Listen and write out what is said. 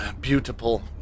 Beautiful